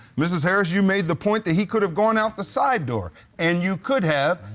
mrs. harris, you made the point that he could've gone out the side door. and you could have.